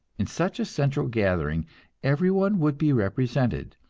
in such a central gathering every one would be represented,